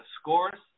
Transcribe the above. scores